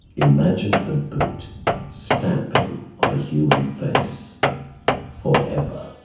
imagine a boot stamping on a human face forever.